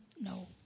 No